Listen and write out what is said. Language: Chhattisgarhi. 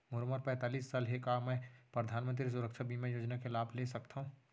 मोर उमर पैंतालीस साल हे का मैं परधानमंतरी सुरक्षा बीमा योजना के लाभ ले सकथव?